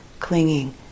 clinging